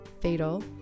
fatal